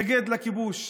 מתנגד לכיבוש.